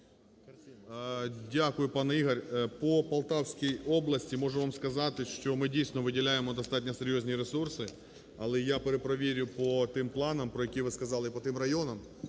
Дякую, пане Ігор. По Полтавській області, можу вам сказати, що ми, дійсно, виділяємо достатньо серйозні ресурси. Але я перепровірю по тим планам, про які ви сказали, по тим районам.